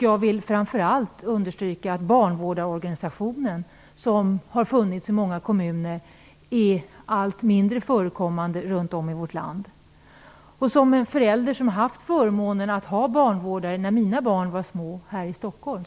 Jag vill framför allt understryka att barnvårdarorganisationen som har funnits i många kommuner är allt mindre förekommande runt om i vårt land. Jag hade som förälder förmånen att ha barnvårdare här i Stockholm när mina barn var små.